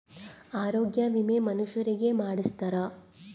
ಆರೊಗ್ಯ ವಿಮೆ ಮನುಷರಿಗೇ ಮಾಡ್ಸ್ತಾರ